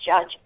judge